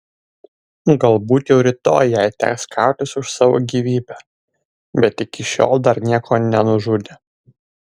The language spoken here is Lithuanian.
galbūt jau rytoj jai teks kautis už savo gyvybę bet iki šiol dar nieko nenužudė